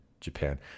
Japan